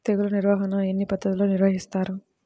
తెగులు నిర్వాహణ ఎన్ని పద్ధతుల్లో నిర్వహిస్తారు?